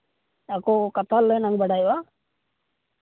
ᱟᱠᱚ ᱠᱟᱛᱷᱟ ᱞᱮᱱ ᱮᱢ ᱫᱟᱲᱮᱭᱟᱜᱼᱟ